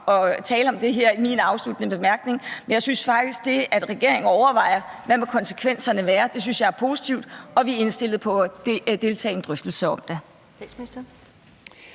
at tale om det her i min sidste bemærkning, men det, at regeringen overvejer, hvad konsekvenserne må være, synes jeg faktisk er positivt, og vi er indstillet på at deltage i en drøftelse om det.